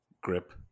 grip